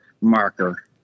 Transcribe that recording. marker